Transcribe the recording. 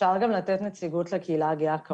אפשר גם לתת נציגות לקהילה הגאה?